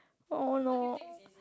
oh no